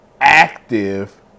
active